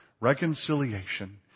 Reconciliation